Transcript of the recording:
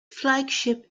flagship